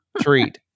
treat